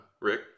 Rick